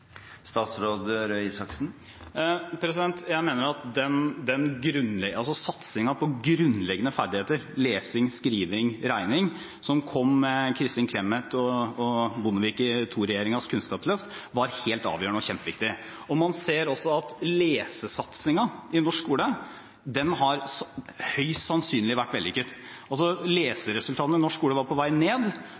Jeg mener at satsingen på grunnleggende ferdigheter, lesing, skriving og regning, som kom med Kristin Clemet og Bondevik II-regjeringens kunnskapsløft, var helt avgjørende og kjempeviktig. Man ser også at lesesatsingen i norsk skole høyst sannsynlig har vært vellykket. Leseresultatene i norsk skole var på vei ned,